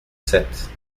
sept